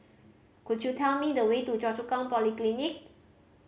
could you tell me the way to Choa Chu Kang Polyclinic